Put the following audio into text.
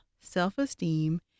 self-esteem